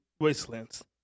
wastelands